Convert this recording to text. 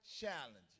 challenges